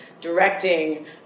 directing